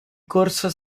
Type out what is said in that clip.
corsa